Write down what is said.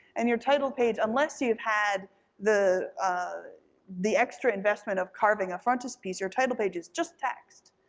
and your title page, unless you've had the ah the extra investment of carving a frontispiece, your title page is just text.